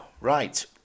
right